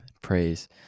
praise